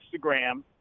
Instagram